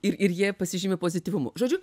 ir ir jie pasižymi pozityvumu žodžiu